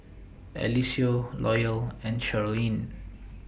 Eliseo Loyal and Charleen